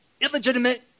illegitimate